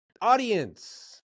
Audience